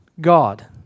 God